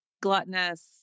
gluttonous